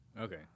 Okay